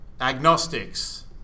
agnostics